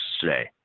today